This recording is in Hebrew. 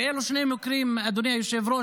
ואלה שני מקרים, אדוני היושב-ראש,